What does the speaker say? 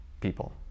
people